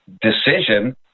decision